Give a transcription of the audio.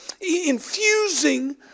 infusing